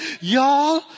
y'all